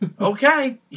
Okay